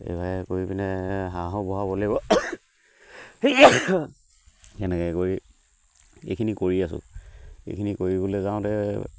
এইভাগে কৰি পিনে হাঁহো বঢ়াব লাগিব সেনেকে কৰি এইখিনি কৰি আছোঁ এইখিনি কৰিবলৈ যাওঁতে